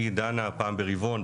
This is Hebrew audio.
היא דנה פעם ברבעון,